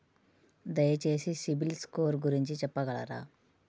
దయచేసి CIBIL score గురించి చెప్పగలరా?